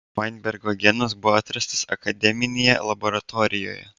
vainbergo genas buvo atrastas akademinėje laboratorijoje